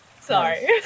Sorry